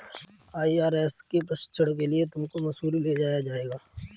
IRS के प्रशिक्षण के लिए तुमको मसूरी ले जाया जाएगा